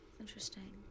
interesting